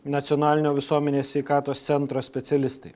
nacionalinio visuomenės sveikatos centro specialistai